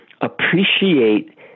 appreciate